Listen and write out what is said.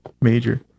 major